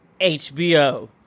HBO